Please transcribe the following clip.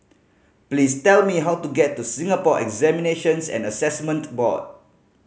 please tell me how to get to Singapore Examinations and Assessment Board